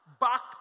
Back